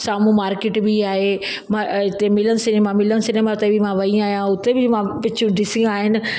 साम्हूं मार्केट बि आहे हिते मिलन सिनेमा मिलन सिनेमा ते बि मां वई आहियां उते बि मां पिकिचरूं ॾिसी आहिनि